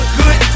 good